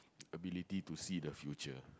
ability to see the future